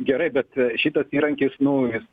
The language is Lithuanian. gerai bet šitas įrankis nu jis